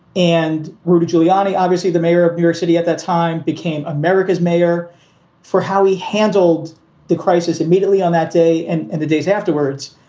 and rudy giuliani, obviously the mayor of new york city at that time, became america's mayor for how he handled the crisis immediately on that day and and the days afterwards.